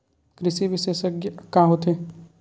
कृषि विशेषज्ञ का होथे?